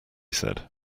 said